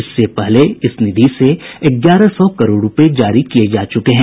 इससे पहले इस निधि से ग्यारह सौ करोड रुपये जारी किए जा चुके हैं